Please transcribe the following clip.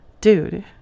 Dude